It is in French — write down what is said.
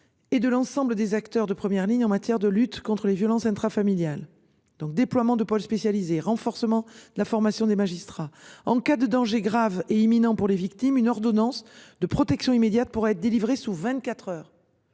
Et de l'ensemble des acteurs de première ligne en matière de lutte contre les violences intrafamiliales donc déploiement de pôles spécialisés, renforcement de la formation des magistrats en cas de danger grave et imminent en pour les victimes une ordonnance de protection immédiate pourrait être délivré sous 24h.